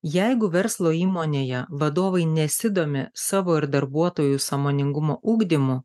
jeigu verslo įmonėje vadovai nesidomi savo ir darbuotojų sąmoningumo ugdymu